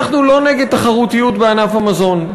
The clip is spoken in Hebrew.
אנחנו לא נגד תחרותיות בענף המזון.